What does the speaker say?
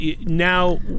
now